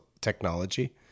technology